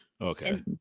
Okay